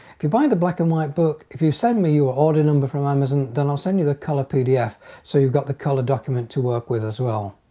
if you buy and the black and white book if you send me your order number from amazon then i'll send you the color pdf so you've got the color document to work with as well.